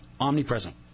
omnipresent